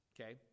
okay